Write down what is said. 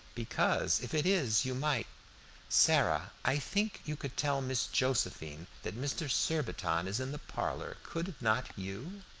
because if it is you might sarah, i think you could tell miss josephine that mr. surbiton is in the parlor, could not you?